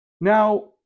Now